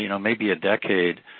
you know maybe a decade,